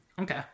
Okay